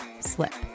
slip